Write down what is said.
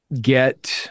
get